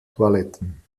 toiletten